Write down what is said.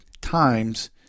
times